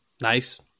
nice